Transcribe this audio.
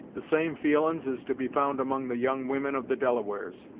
the same feelin's is to be found among the young women of the delawares.